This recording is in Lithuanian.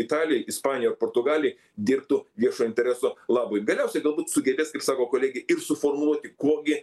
italijoj ispanijoj ar portugalijoj dirbtų viešo intereso labui galiausiai galbūt sugebės kaip sako kolegė ir suformuoti kuo gi